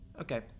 Okay